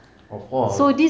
of course